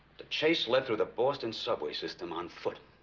the chase left with a boston subway system on foot